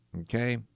Okay